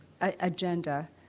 agenda